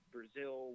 Brazil